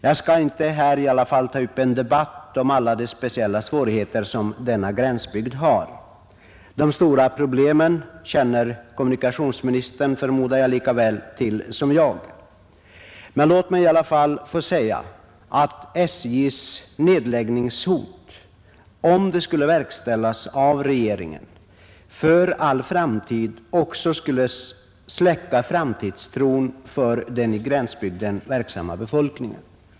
Jag skall dock inte här ta upp en debatt om alla de speciella svårigheter som denna gränsbygd har. De stora problemen känner kommunikationsministern, förmodar jag, lika väl till som jag. Men låt mig i alla fall få säga att SJ:s nedläggningshot, om det skulle verkställas av regeringen, för all tid skulle släcka framtidstron hos den i gränsbygden verksamma befolkningen.